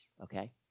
okay